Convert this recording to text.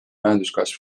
majanduskasv